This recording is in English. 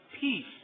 peace